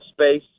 space